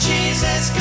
Jesus